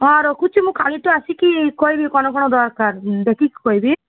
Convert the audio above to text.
ହଁ ରଖୁଛି ମୁଁ କାଲିଠୁ ଆସିକି କହିବି କ'ଣ କ'ଣ ଦରକାର ଦେଖିକି କହିବି